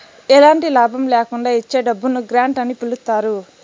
ఎలాంటి లాభం ల్యాకుండా ఇచ్చే డబ్బును గ్రాంట్ అని పిలుత్తారు